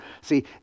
See